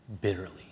bitterly